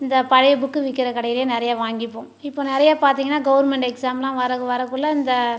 இந்த பழைய புக்கு விற்குற கடையிலயே நிறைய வாங்கிப்போம் இப்போ நிறைய பார்த்திங்கனா கவர்மெண்ட்டு எக்சாம்லாம் வர வரக்குள்ளே இந்த